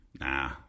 Nah